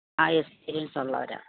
ആ എക്സ്പീരിയൻസ് ഉള്ളവരാണ്